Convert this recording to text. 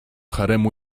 haremu